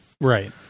right